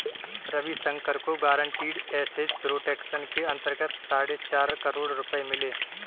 रविशंकर को guaranteed asset protection के अंतर्गत साढ़े चार करोड़ रुपये मिले